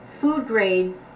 food-grade